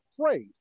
afraid